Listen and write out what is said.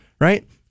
right